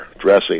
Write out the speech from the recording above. dressing